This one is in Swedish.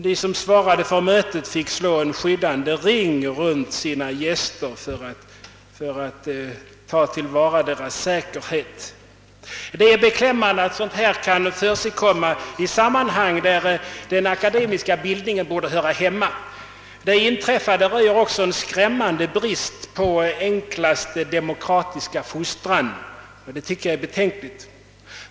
De som svarade för mötet fick slå en skyddande ring runt sina gäster för att trygga deras säkerhet. Det är beklämmande att sådant kan försiggå i sammanhang där den akademiska bildningen borde höra hemma. Det inträffade röjer också en skrämmande brist på enklaste demokratiska fostran, vilket är betänkligt.